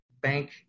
bank